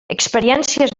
experiències